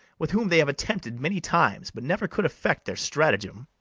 with whom they have attempted many times, but never could effect their stratagem.